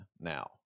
now